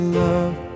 love